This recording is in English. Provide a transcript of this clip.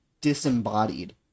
disembodied